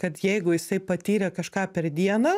kad jeigu jisai patyrė kažką per dieną